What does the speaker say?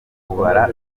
kubara